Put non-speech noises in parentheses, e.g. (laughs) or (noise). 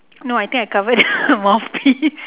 no I think I covered (laughs) the mouthpiece